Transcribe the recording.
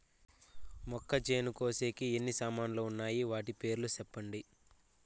మొక్కచేను కోసేకి ఎన్ని సామాన్లు వున్నాయి? వాటి పేర్లు సెప్పండి?